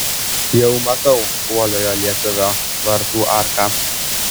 jau matau uoliojo lietuvio vartų arką